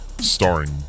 starring